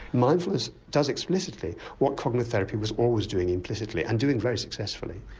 mindfulness does explicitly what cognitive therapy was always doing implicitly and doing very successfully.